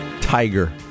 Tiger